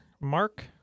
Mark